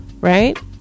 right